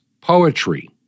poetry